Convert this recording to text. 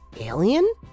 alien